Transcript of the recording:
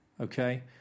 okay